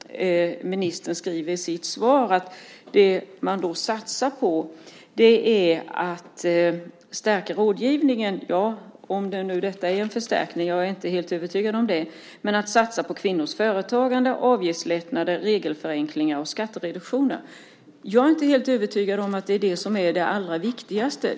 Ministern sade i sitt svar att i det perspektivet satsar man på att stärka rådgivningen - jag är inte helt övertygad om att det är en förstärkning - kvinnors företagande, avgiftslättnader, regelförenklingar och skattereduktioner. Jag är inte övertygad om att det är viktigast.